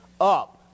up